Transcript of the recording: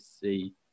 see